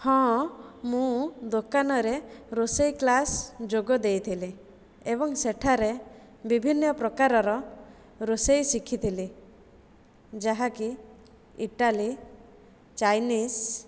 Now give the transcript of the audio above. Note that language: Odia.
ହଁ ମୁଁ ଦୋକାନରେ ରୋଷାଇ କ୍ଲାସ୍ ଯୋଗଦେଇଥିଲି ଏବଂ ସେଠାରେ ବିଭିନ୍ନପ୍ରକାରର ରୋଷାଇ ଶିଖିଥିଲି ଯାହାକି ଇଟାଲୀ ଚାଇନିସ୍